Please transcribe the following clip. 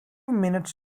minutes